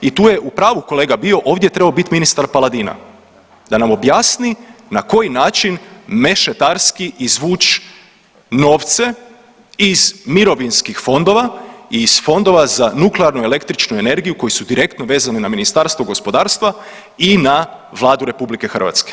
I tu je u pravu kolega bio, ovdje je trebao biti ministar Paladina da nam objasni na koji način mešetarski izvući novce iz mirovinskih fondova i iz fondova za nuklearnu električnu energiju koji su direktno vezani na Ministarstvo gospodarstva i na Vladu RH.